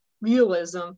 realism